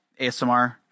ASMR